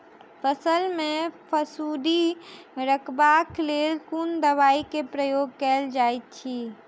फसल मे फफूंदी रुकबाक लेल कुन दवाई केँ प्रयोग कैल जाइत अछि?